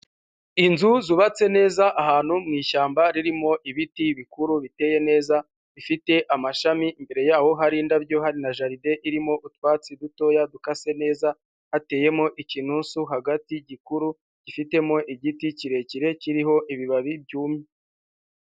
Inzu zubatse neza ahantu mu ishyamba ririmo ibiti bikuru biteye neza, bifite amashami imbere yaho hari indabyo hari na jaride irimo utwatsi dutoya dukase neza, hateyemo ikinusu hagati gikuru gifitemo igiti kirekire kiriho ibibabi byumye.